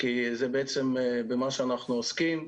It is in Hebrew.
כי זה בעצם במה שאנחנו עוסקים,